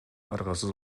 аргасыз